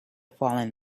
fallen